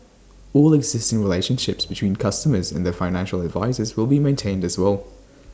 all existing relationships between customers and their financial advisers will be maintained as well